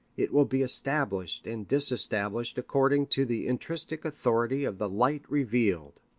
it will be established and disestablished according to the intrinsic authority of the light revealed.